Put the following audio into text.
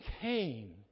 Cain